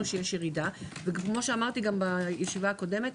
שיש ירידה וכפי שאמרתי בישיבה הקודמת,